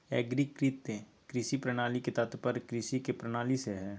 एग्रीकृत कृषि प्रणाली के तात्पर्य कृषि के प्रणाली से हइ